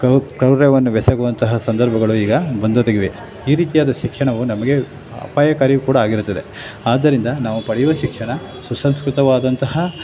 cow ಕ್ರೌರ್ಯವನ್ನು ಎಸಗುವಂತಹ ಸಂದರ್ಭಗಳು ಈಗ ಬಂದೊದಗಿವೆ ಈ ರೀತಿಯಾದ ಶಿಕ್ಷಣವು ನಮಗೆ ಅಪಾಯಕಾರಿ ಕೂಡ ಆಗಿರ್ತದೆ ಆದ್ದರಿಂದ ನಾವು ಪಡೆಯುವ ಶಿಕ್ಷಣ ಸುಸಂಸ್ಕೃತವಾದಂತಹ